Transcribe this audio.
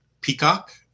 Peacock